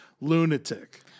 lunatic